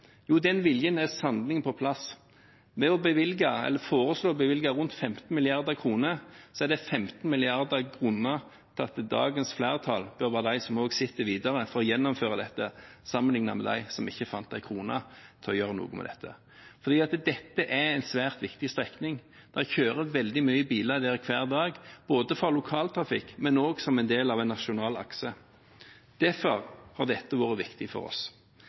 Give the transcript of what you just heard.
Jo, den viljen er sannelig på plass. Ved å bevilge – eller foreslå å bevilge – rundt 15 mrd. kr, er det 15 mrd. kr mer. Dagens flertall bør være dem som sitter videre for å gjennomføre dette, om man sammenligner med dem som ikke fant en krone til å gjøre noe med dette. Dette er en svært viktig strekning. Det kjører veldig mange biler der hver dag, både lokaltrafikk og som en del av en nasjonal akse. Derfor har dette vært viktig for oss.